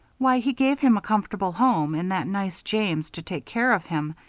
why, he gave him a comfortable home and that nice james to take care of him,